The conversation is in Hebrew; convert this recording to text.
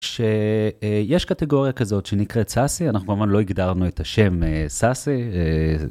שיש קטגוריה כזאת שנקראת סאסי, אנחנו כמובן לא הגדרנו את השם סאסי.